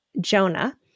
Jonah